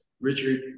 Richard